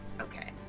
Okay